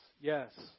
yes